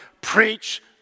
preach